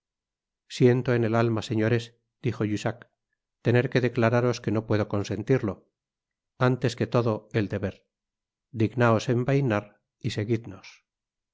siento en el alma señores dijo jussac tener que declararos que no puedo consentirlo antes que todo el deber dignaos envainar y seguidnos